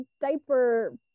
diaper